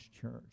Church